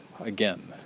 again